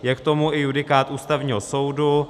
Je k tomu i judikát Ústavního soudu.